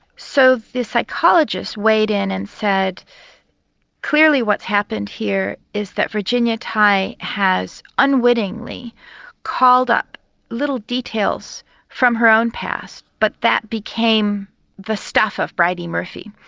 so the psychologists weighed in and said clearly what's happened here is that virginia tighe has unwittingly called up little details from her own past but that became the stuff of bridey murphy.